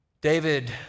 David